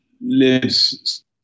lives